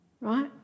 right